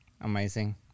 Amazing